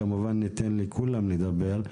כמובן ניתן לכולם לדבר,